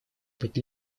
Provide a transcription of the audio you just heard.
быть